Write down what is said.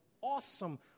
awesome